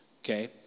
Okay